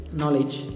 knowledge